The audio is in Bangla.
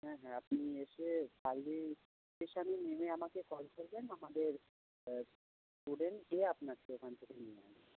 হ্যাঁ হ্যাঁ আপনি এসে তালদি স্টেশনে নেমে আমাকে কল করবেন আমাদের স্টুডেন্ট গিয়ে আপনাকে ওখান থেকে নিয়ে আসবে